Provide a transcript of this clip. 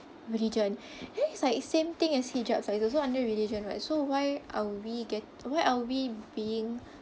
religion then it's like same thing as hijabs ah it's also under religion [what] so why are we get why are we being